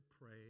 pray